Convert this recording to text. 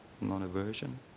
non-aversion